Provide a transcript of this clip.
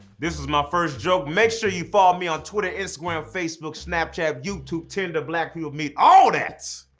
this was my first joke. make sure you follow me on twitter, instagram, facebook, snapchat, youtube, tinder, black people meet, all that.